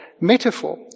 metaphor